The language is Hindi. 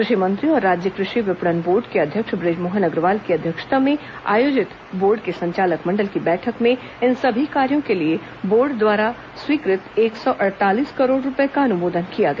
कृषि मंत्री और राज्य कृषि विपणन बोर्ड के अध्यक्ष ब्रजमोहन अग्रवाल की अध्यक्षता में आयोजित बोर्ड के संचालक मंडल की बैठक में इन सभी कार्यों के लिए बोर्ड द्वारा स्वीकृत एक सौ अड़तालीस करोड़ रूपये का अनुमोदन किया गया